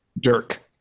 Dirk